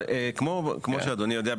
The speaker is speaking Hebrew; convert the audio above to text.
כמו שאדוני יודע,